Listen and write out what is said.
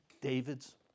David's